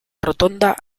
rotonda